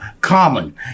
Common